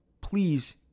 please